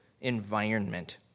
environment